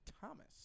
Thomas